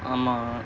ஆமா:aamaa